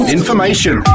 information